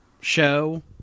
show